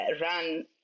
run